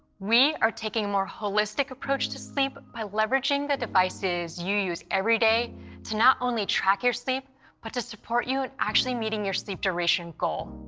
we are taking a more holistic approach to sleep by leveraging the devices you use every day to not only track your sleep but to support you in actually meeting your sleep duration goal.